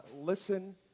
listen